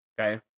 Okay